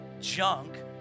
junk